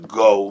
go